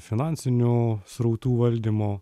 finansinių srautų valdymo